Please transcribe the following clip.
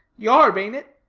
yarb, ain't it?